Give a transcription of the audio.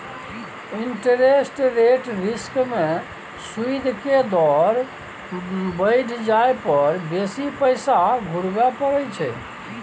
interest rate risk में सूइद के दर बइढ़ जाइ पर बेशी पैसा घुरबइ पड़इ छइ